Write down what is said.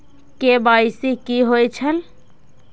KYC कि होई छल?